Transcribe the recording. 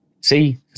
See